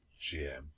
GM